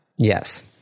Yes